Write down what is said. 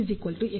PinPsat G